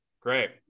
Great